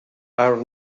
iron